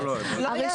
לא, לא.